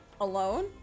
alone